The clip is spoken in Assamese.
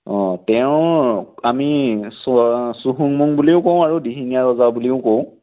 অঁ তেওঁক আমি চু চুহুংমুং বুলিও কওঁ আৰু দিহিঙীয়া ৰজা বুলিও কওঁ